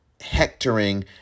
hectoring